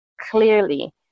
clearly